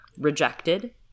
rejected